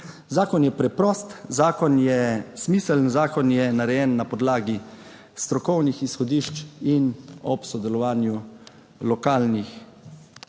Zakon je preprost, zakon je smiseln, zakon je narejen na podlagi strokovnih izhodišč in ob sodelovanju lokalnih